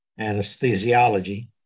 anesthesiology